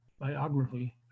Biography